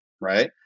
right